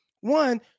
One